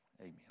Amen